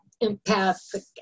empathic